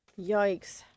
Yikes